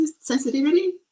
sensitivity